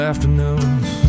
Afternoons